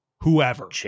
whoever